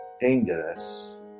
dangerous